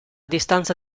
distanza